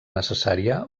necessària